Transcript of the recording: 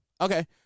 Okay